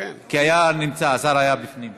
כי השר היה בפנים.